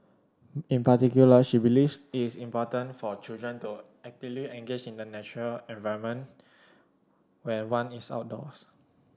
in particular she believes is important for children to actively engage with the natural environment when one is outdoors